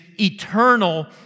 eternal